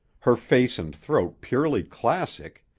her face and throat purely classic,